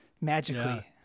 magically